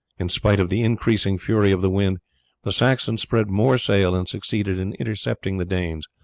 in spite of the increasing fury of the wind the saxons spread more sail and succeeded in intercepting the danes.